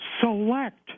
select